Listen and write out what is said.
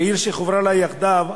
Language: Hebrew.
כעיר שחוברה לה יחדיו,